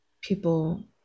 people